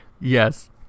Yes